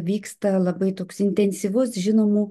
vyksta labai toks intensyvus žinomų